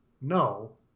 no